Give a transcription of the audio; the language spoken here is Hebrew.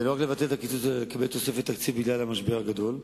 ולא רק לבטל את הקיצוץ אלא לקבל תוספת תקציב בגלל המשבר הגדול.